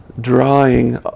drawing